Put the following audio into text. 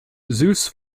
zeus